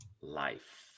life